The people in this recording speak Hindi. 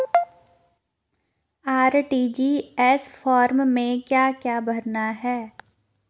आर.टी.जी.एस फार्म में क्या क्या भरना है?